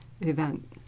event